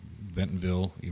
Bentonville